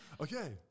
Okay